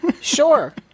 Sure